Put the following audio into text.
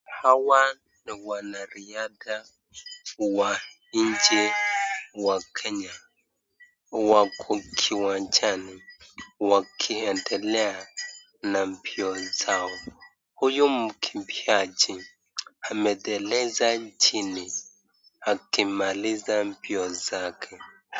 Hawa na wanariadha wa nchi wa Kenya wako kiwanjani wakiendelea na mbio zao. Huyu mkimbiaji ameteleza chini akimaliza mbio zake.